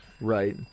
Right